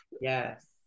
Yes